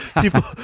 people